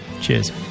Cheers